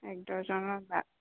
এক ডৰ্জন বা